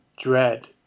dread